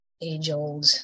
age-old